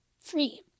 free